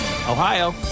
Ohio